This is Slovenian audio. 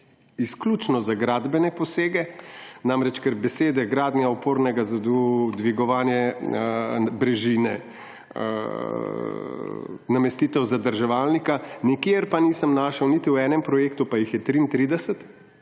izključno za gradbene posege. Namreč, ker besede gradnja opornega zidu, dvigovanje brežine, namestitev zadrževalnika, nikjer pa nisem našel niti v enem projektu, pa jih je 33